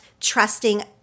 trusting